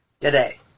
today